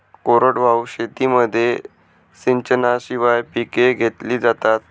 कोरडवाहू शेतीमध्ये सिंचनाशिवाय पिके घेतली जातात